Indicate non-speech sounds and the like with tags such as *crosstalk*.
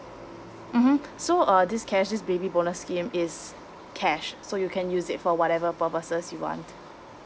mmhmm *breath* so uh this cashes baby bonus scheme is cash so you can use it for whatever purposes you want